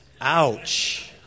Ouch